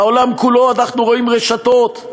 בעולם כולו אנחנו רואים רשתות,